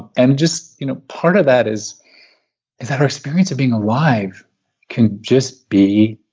and just you know part of that is is that our experience of being alive can just be